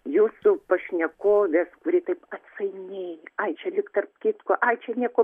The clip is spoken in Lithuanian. jūsų pašnekovės kuri taip atsainiai ai čia lyg tarp kitko ai čia nieko